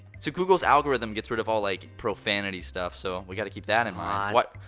so google's algorithm gets rid of all, like, profanity stuff, so we gotta keep that in mind.